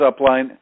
upline